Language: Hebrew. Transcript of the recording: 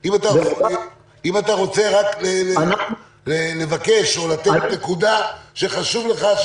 אם אתה רוצה לבקש או רק לתת נקודה שחשובה לך,